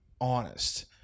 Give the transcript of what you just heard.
honest